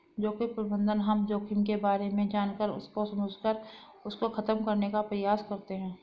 जोखिम प्रबंधन हम जोखिम के बारे में जानकर उसको समझकर उसको खत्म करने का प्रयास करते हैं